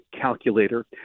calculator